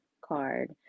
card